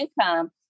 income